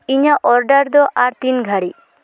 ᱤᱧᱟᱹᱜ ᱚᱨᱰᱟᱨ ᱫᱚ ᱟᱨ ᱛᱤᱱ ᱜᱷᱟᱹᱲᱤᱡ